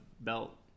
belt